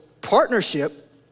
partnership